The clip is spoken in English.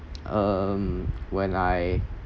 um when I